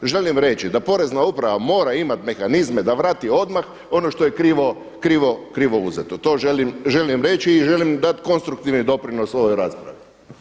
Želim reći, da Porezna uprava mora imati mehanizme da vrati odmah ono što je krivo uzeto, to želim reći i želim dati konstruktivni doprinos ovoj raspravi.